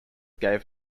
gave